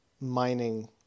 mining